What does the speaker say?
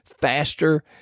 faster